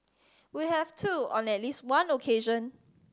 we have too on at least one occasion